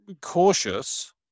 cautious